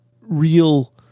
real